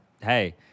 hey